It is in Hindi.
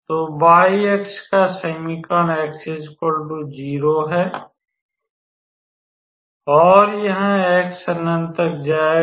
तो y अक्ष का समीकरण x 0 है और यहां x अनंत तक जाएगा